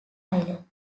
island